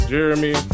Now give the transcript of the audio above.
Jeremy